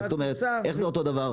איך זה אותו דבר?